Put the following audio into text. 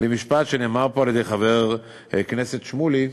למשפט שנאמר פה על-ידי חבר הכנסת שמולי,